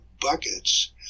buckets